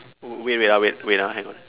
wait wait ah wait ah hang on